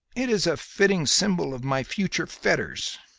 it is a fitting symbol of my future fetters.